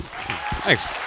Thanks